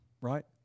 right